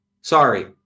sorry